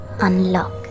unlock